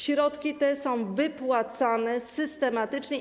Środki te są wypłacane systematycznie.